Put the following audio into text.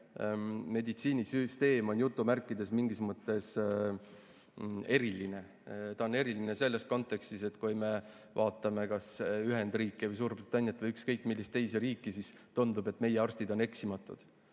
meie meditsiinisüsteem on mingis mõttes "eriline". Ta on eriline selles kontekstis, et kui me vaatame kas Ühendriike, Suurbritanniat või ükskõik millist teist riiki, siis tundub, et meie arstid on eksimatud.